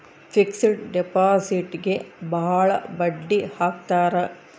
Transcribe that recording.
fixed ಡಿಪಾಸಿಟ್ಗೆ ಭಾಳ ಬಡ್ಡಿ ಹಾಕ್ತರ